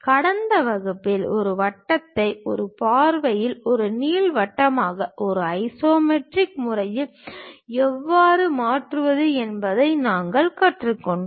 கடந்த வகுப்பில் இந்த வட்டத்தை ஒரு பார்வையில் ஒரு நீள்வட்டமாக ஒரு ஐசோமெட்ரிக் முறையில் எவ்வாறு மாற்றுவது என்பதை நாங்கள் கற்றுக்கொண்டோம்